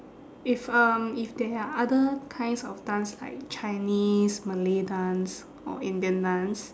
if um if there are other kinds of dance like chinese malay dance or indian dance